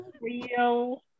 real